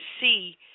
see